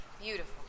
Beautiful